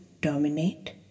dominate